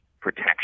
protection